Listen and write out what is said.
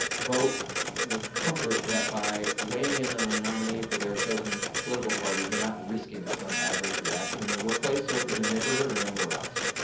vote with comfort that by weighing in on the nominee for their chosen political party, they're not risking some adverse reaction in their workplace or in their neighborhood or anywhere else.